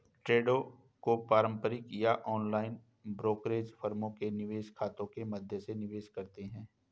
ट्रेडों को पारंपरिक या ऑनलाइन ब्रोकरेज फर्मों के निवेश खातों के माध्यम से निवेश करते है